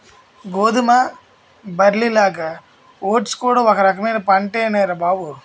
గోధుమ, బార్లీలాగా ఓట్స్ కూడా ఒక రకమైన పంటేనురా బాబూ